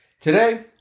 Today